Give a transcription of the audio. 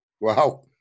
Wow